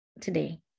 Today